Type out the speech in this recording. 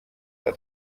der